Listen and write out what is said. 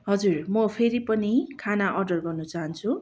हजुर म फेरि पनि खाना अर्डर गर्न चाहन्छु